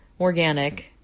organic